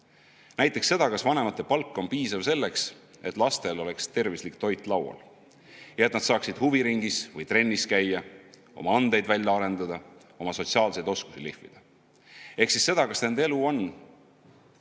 Näiteks, kas vanemate palk on piisav selleks, et lastel oleks tervislik toit laual ja et nad saaksid huviringis või trennis käia, oma andeid välja arendada, oma sotsiaalseid oskusi lihvida. Ehk kas võib öelda, et nende elu on